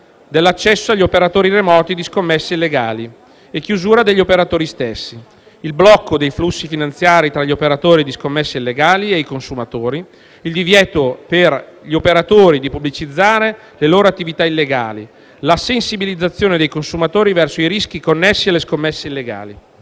dell'accesso agli operatori remoti di scommesse illegali e chiusura degli operatori stessi; il blocco dei flussi finanziari tra gli operatori di scommesse illegali e i consumatori; il divieto per gli operatori di pubblicizzare le loro attività illegali; la sensibilizzazione dei consumatori verso i rischi connessi alle scommesse illegali.